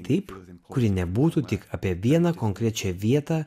taip kuri nebūtų tik apie vieną konkrečią vietą